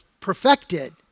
perfected